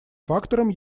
фактором